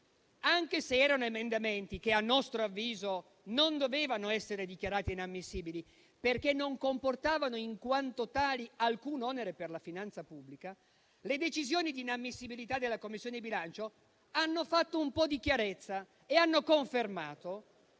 Anche se erano emendamenti che - a nostro avviso - non dovevano essere dichiarati inammissibili, perché non comportavano in quanto tali onere alcuno per la finanza pubblica, le decisioni di inammissibilità della Commissione bilancio hanno fatto un po' di chiarezza e hanno confermato